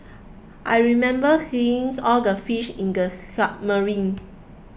I remember seeing all the fish in the submarine